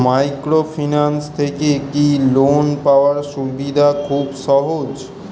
Microfinance থেকে কি loan পাওয়ার সুবিধা খুব সহজ?